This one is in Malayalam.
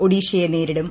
ഒഡീഷയെ നേരിടും